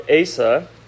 Asa